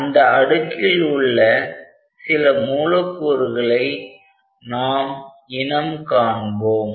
அந்த அடுக்கில் உள்ள சில மூலக் கூறுகளை நாம் இனம் காண்போம்